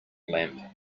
lamp